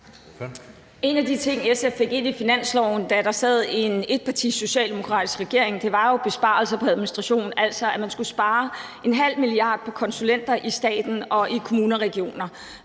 En af de ting, SF fik ind i finansloven, da der sad en socialdemokratisk etpartiregering, var jo besparelser på administrationen, altså at man skulle spare 0,5 mia. kr. på konsulenter i staten og i kommuner og regioner.